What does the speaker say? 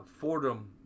Fordham